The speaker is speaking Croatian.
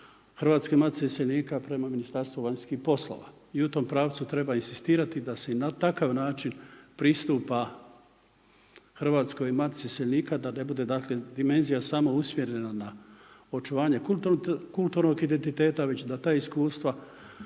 Hrvatske matice iseljenika prema Ministarstvu vanjskih poslova. I u tom pravcu treba inzistirati da se i na takav način pristupa Hrvatskoj matici iseljenika da ne bude dakle dimenzija samo usmjerena na očuvanje kulturnog identiteta, već da ta iskustva